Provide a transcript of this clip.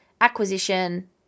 acquisition